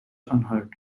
unhurt